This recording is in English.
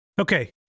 Okay